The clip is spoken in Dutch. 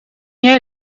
jij